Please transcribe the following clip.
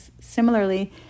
Similarly